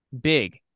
big